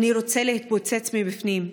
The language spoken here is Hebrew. אני רוצה להתפוצץ מבפנים.